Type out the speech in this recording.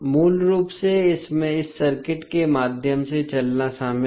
मूल रूप से इसमें इस सर्किट के माध्यम से चलना शामिल है